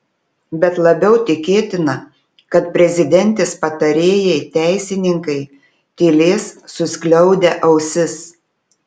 bet labiau tikėtina kad prezidentės patarėjai teisininkai tylės suskliaudę ausis